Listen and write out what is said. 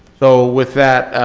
so with that,